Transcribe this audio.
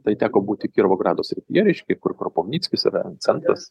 tai teko būti kiravogrado srityje reiškia kur krupovnickis yra centras